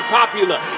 popular